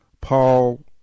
Paul